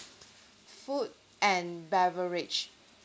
food and beverage